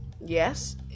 Yes